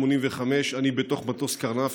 אני בתוך מטוס קרנף,